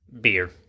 beer